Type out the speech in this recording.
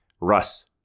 Russ